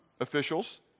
officials